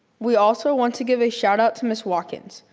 we also want to give a shout out to miss watkins.